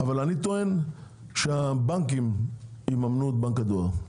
אני טוען שהבנקים יממנו את בנק הדואר.